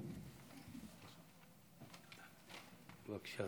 בבקשה,